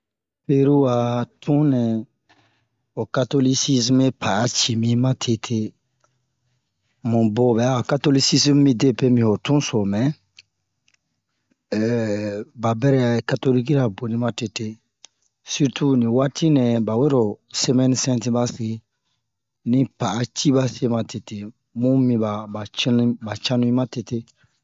Peru a tunɛ ho katolisizm ba'a ci mi ma tete mubo bɛ'a katolisizm ere midepe mi ho tun so mɛ ba bɛrɛ katolikira boni ma tete sirtu ni waati nɛ ba wero semɛn sɛnti ba se ni pa'a ci ba se ma tete mu miba ba cinu ba canu ma tete